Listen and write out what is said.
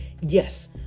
yes